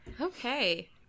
okay